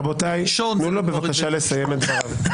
רבותיי, תנו לו, בבקשה, לסיים את דבריו.